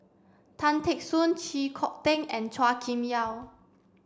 Tan Teck Soon Chee Kong Tet and Chua Kim Yeow